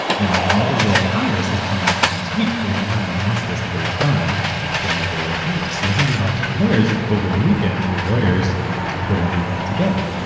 now, mobile world congress is coming up the next week. they want to announce this and get it done before mobile world ah congress. and they handed off to the lawyers and over the weekend, the lawyers put everything together.